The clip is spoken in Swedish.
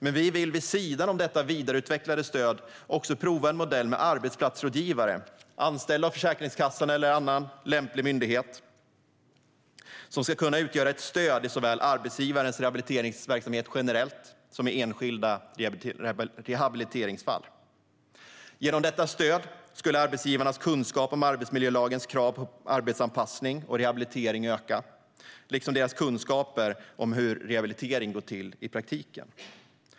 Men vi vill vid sidan om ett vidareutvecklat stöd även prova en modell med arbetsplatsrådgivare, anställda av Försäkringskassan eller annan lämplig myndighet. Dessa ska kunna utgöra ett stöd såväl i arbetsgivarens rehabiliteringsverksamhet generellt sett som i enskilda rehabiliteringsfall. Genom detta stöd skulle arbetsgivarnas kunskap om arbetsmiljölagens krav på arbetsanpassning och rehabilitering öka liksom deras kunskaper om hur rehabilitering går till i praktiken.